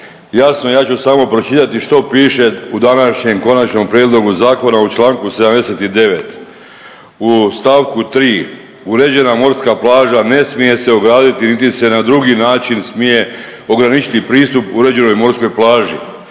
jasno ja ću samo pročitati što piše u današnjem Konačnom prijedlogu zakona u čl. 79. u st. 3.. Uređena morska plaža ne smije se ograditi, niti se na drugi način smije ograničiti pristup uređenoj morskoj plaži.